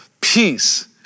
peace